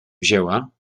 wzięła